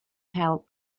help